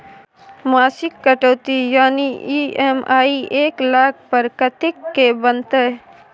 मासिक कटौती यानी ई.एम.आई एक लाख पर कत्ते के बनते?